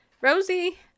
Rosie